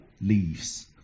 Leaves